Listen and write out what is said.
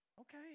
Okay